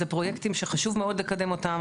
אלו פרויקטים שחשוב מאוד לקדם אותם.